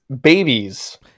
babies